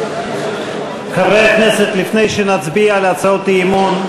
חבר הכנסת גפני,